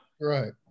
Right